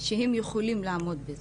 שהן יכולות לעמוד בזה.